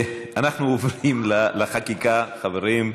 אנחנו עוברים לחקיקה, חברים.